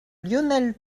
lionel